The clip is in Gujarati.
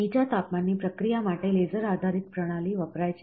નીચા તાપમાનની પ્રક્રિયા માટે લેસર આધારિત પ્રણાલી વપરાય છે